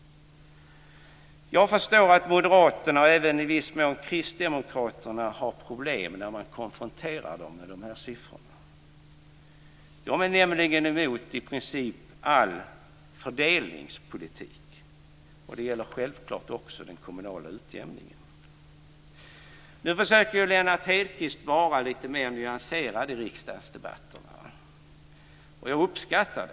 Jag förstår att Moderaterna och även i viss mån Kristdemokraterna har problem när man konfronterar dem med de siffrorna. Det gäller självklart också den kommunala utjämningen.